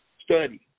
study